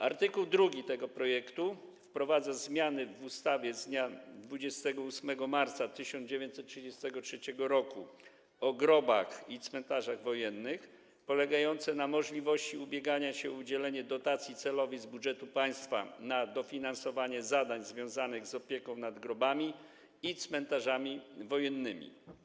Art. 2 tego projektu wprowadza zmiany w ustawie z dnia 28 marca 1933 r. o grobach i cmentarzach wojennych polegające na możliwości ubiegania się o udzielenie dotacji celowej z budżetu państwa na dofinansowanie zadań związanych z opieką nad grobami i cmentarzami wojennymi.